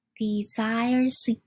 desires